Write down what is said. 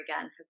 again